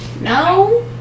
No